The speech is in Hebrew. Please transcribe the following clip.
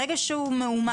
ברגע שהוא מאומת לקורונה.